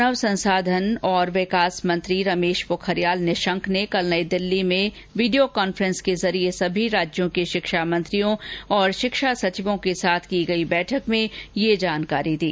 मानव संसाधन और विकास मंत्री रमेश पोखरियाल निशंक ने कल नई दिल्ली में वीडियो कॉन्फ्रेंस के जरिए सभी राज्यों के शिक्षा मंत्रियों और शिक्षा सचिवों के साथ की गई बैठक में यह जानकारी दी